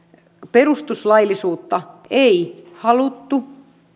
perustuslaillisuutta ei haluttu